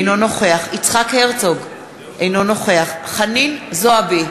אינו נוכח יצחק הרצוג, אינו נוכח חנין זועבי,